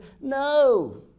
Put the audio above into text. No